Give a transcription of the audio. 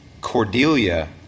Cordelia